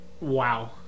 Wow